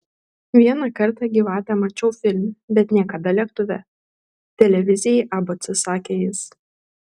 vieną kartą gyvatę mačiau filme bet niekada lėktuve televizijai abc sakė jis